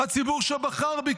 הציבור שבחר בי,